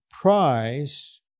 prize